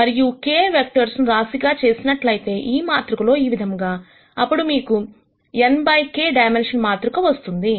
మరియు k vectors ను రాశిగా చేసినట్లయితే ఈ మాతృకలో విధముగా అప్పుడు మీకు n బై k డైమన్షన్ మాత్రిక వస్తుంది